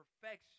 perfection